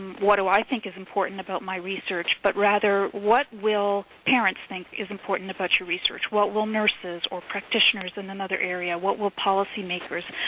what do i think is important about my research, but rather what will parents think is important about your research, what will nurses or practitioners in another area, what will policymakers,